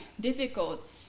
difficult